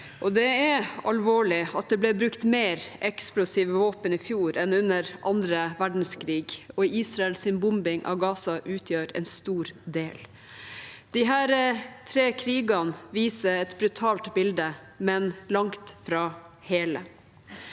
Det er alvorlig at det ble brukt mer eksplosive våpen i fjor enn under annen verdenskrig, og Israels bombing av Gaza utgjør en stor del. Disse tre krigene viser et brutalt bilde, men langt fra hele.